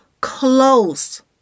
close